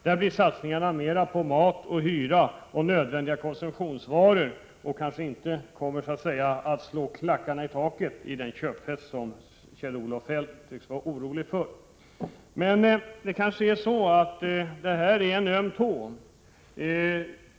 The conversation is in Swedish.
Där kommer man mera att satsa på mat, hyra och nödvändiga konsumtionsvaror och kanske inte kommer att slå klackarna i taket i den köpfest som Kjell-Olof Feldt tycks vara orolig för. Det här kanske är en öm tå.